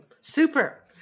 super